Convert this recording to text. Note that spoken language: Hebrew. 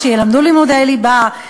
או שילמדו לימודי ליבה,